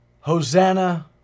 Hosanna